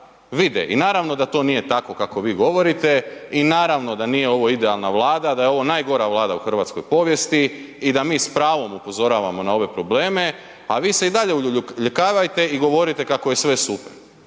i naravno da to nije tako kako vi govorite i naravno da nije ovo idealna Vlada, da je ovo najgora Vlada u hrvatskoj povijesti i da mi s pravom upozoravamo na ove probleme, a vi se dalje uljuljkavajte i govorite kako je sve super.